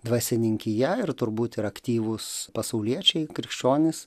dvasininkija ir turbūt ir aktyvūs pasauliečiai krikščionys